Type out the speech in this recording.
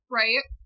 right